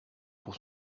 pour